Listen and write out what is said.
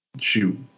Shoot